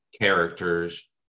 characters